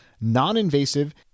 non-invasive